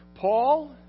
Paul